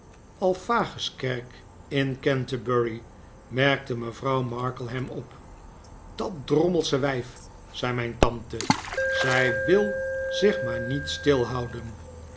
de st alphaguskerk in canterbury merkte mevrouw markleham op dat drommelsche wijf zei mijn tante zij wil zich maar niet stilhouden